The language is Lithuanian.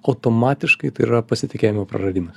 automatiškai tai yra pasitikėjimo praradimas